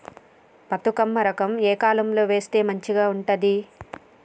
బతుకమ్మ రకం ఏ కాలం లో వేస్తే మంచిగా ఉంటది?